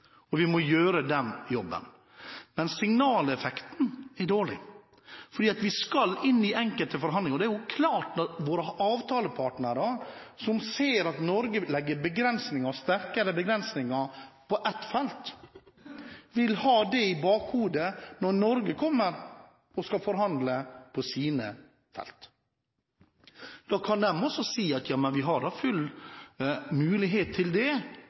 Vi må gjøre den jobben. Men signaleffekten er dårlig, for vi skal inn i enkelte forhandlinger, og det er klart at våre avtalepartnere, som ser at Norge legger sterkere begrensninger på ett felt, vil ha det i bakhodet når Norge kommer og de skal forhandle på sine felt. Da kan de også si at de har full mulighet til det